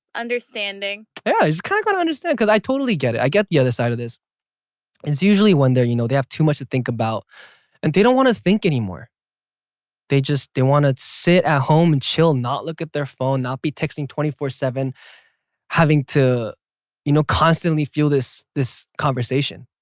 yeah just kind of got to understand cuz i totally get it i get the other side of this it's usually when they're you know, they have too much to think about and they don't want to think anymore they just they want to sit at home and chill not look at their phone not be texting twenty four seven having to you know, constantly feel this this conversation